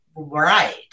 Right